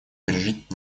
пережить